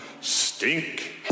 stink